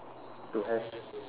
to have